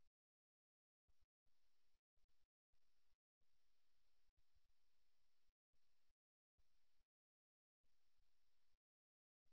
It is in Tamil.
முழங்கால் புள்ளியில் A மற்றும் B ஆகியவை எண் 4 தோரணையை நினைவூட்டுகின்றன மற்றவரை நிராகரிக்கும் அணுகுமுறை காட்டப்படுவதை நாங்கள் காண்கிறோம்